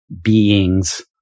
beings